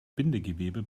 bindegewebe